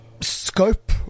scope